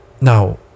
now